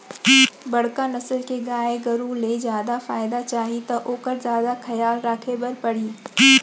बड़का नसल के गाय गरू ले जादा फायदा चाही त ओकर जादा खयाल राखे बर परही